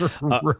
Right